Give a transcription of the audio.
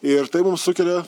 ir tai mums sukelia